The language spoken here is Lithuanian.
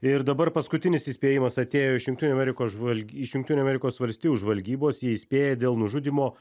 ir dabar paskutinis įspėjimas atėjo iš jungtinių amerikos žvalg iš jungtinių amerikos valstijų žvalgybos jie įspėja dėl nužudymo